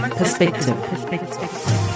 perspective